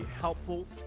helpful